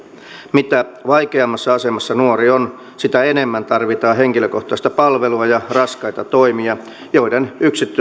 mitä vaikeammassa asemassa nuori on sitä enemmän tarvitaan henkilökohtaista palvelua ja raskaita toimia joiden